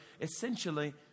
essentially